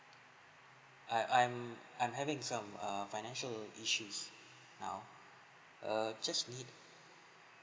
I I'm I'm having some err financial issues now err just need